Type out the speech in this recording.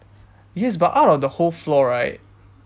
yes but out of the whole floor right